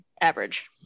average